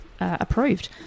approved